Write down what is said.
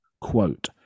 Quote